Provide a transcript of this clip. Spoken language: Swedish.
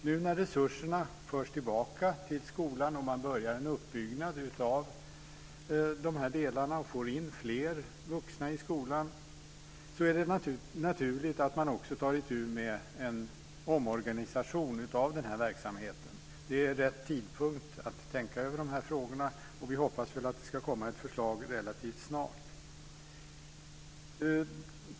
När nu resurserna förs tillbaka till skolan och man börjar en uppbyggnad av de här delarna och får in fler vuxna i skolan är det naturligt att man också tar itu med en omorganisation av den här verksamheten. Det är rätt tidpunkt att tänka över de här frågorna. Vi hoppas att det ska komma ett förslag relativt snart.